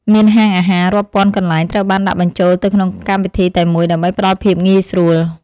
មានហាងអាហាររាប់ពាន់កន្លែងត្រូវបានដាក់បញ្ចូលទៅក្នុងកម្មវិធីតែមួយដើម្បីផ្ដល់ភាពងាយស្រួល។